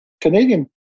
Canadian